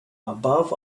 above